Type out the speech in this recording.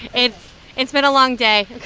and it's been a long day.